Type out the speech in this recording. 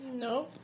no